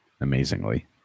amazingly